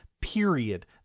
period